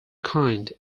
kind